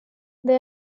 they